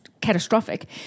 catastrophic